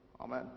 Amen